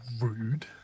rude